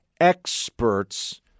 experts